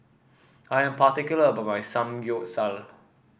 I am particular about my Samgyeopsal